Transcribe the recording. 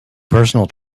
personal